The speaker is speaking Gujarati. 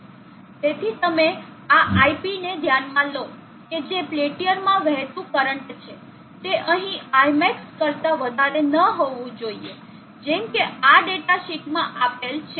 તેથી જો તમે આ Ip ને ધ્યાનમાં લો કે જે પેલ્ટીઅરમાં વહેતું કરંટ છે તે અહીં Imax કરતા વધારે ન હોવું જોઈએ જેમ કે આ ડેટા શીટમાં આપેલ છે